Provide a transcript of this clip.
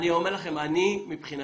אני אומר לכם שאני מבחינתי,